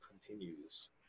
continues